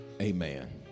amen